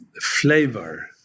flavor